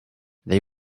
they